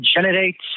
generates